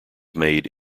made